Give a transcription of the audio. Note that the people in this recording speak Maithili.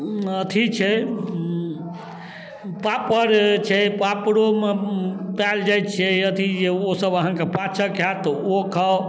अथी छै पापड़ छै पापड़ोमे पाएल जाए छै अथी ओसब अहाँके पाचक हैत तऽ ओ खाउ